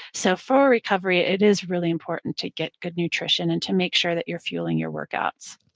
so for recovery, it is really important to get good nutrition and to make sure that you're fueling your workouts